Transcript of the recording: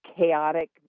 chaotic